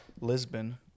Lisbon